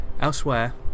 Elsewhere